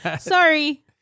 Sorry